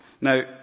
now